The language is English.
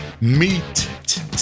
meet